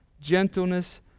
gentleness